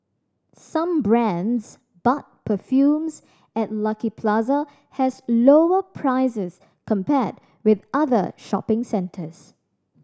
some brands but perfumes at Lucky Plaza has lower prices compared with other shopping centres